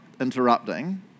interrupting